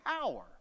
power